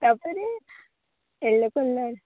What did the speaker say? ତାପରେ yellow colour